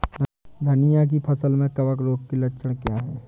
धनिया की फसल में कवक रोग के लक्षण क्या है?